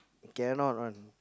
cannot one